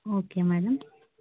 okay madam